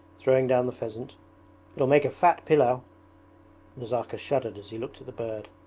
throwing down the pheasant. it will make a fat pilau nazarka shuddered as he looked at the bird.